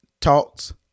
talks